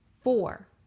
Four